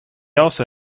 also